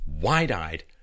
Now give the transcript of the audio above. wide-eyed